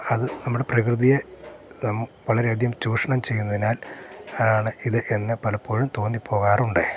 അത് നമ്മൾ പ്രകൃതിയെ വളരെ അധികം ചൂഷണം ചെയ്യുന്നതിനാൽ ആണ് ഇത് എന്ന് പലപ്പോഴും തോന്നി പോകാറുണ്ട്